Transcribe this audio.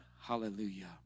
Hallelujah